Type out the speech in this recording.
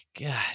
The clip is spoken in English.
God